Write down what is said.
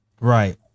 Right